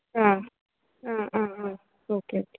ആ ആ ആ ആ ഓക്കേ ഓക്കേ